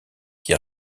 qui